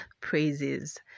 praises